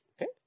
Okay